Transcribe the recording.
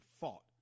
fought